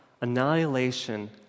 annihilation